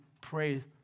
praise